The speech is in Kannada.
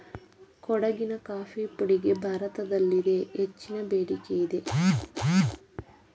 ಕೊಡಗಿನ ಕಾಫಿ ಪುಡಿಗೆ ಭಾರತದಲ್ಲಿದೆ ಹೆಚ್ಚಿನ ಬೇಡಿಕೆಯಿದೆ